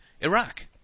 Iraq